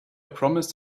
promised